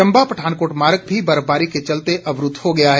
चम्बा पठानकोट मार्ग भी बर्फबारी के चलते अवरूद्व हो गया है